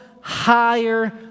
higher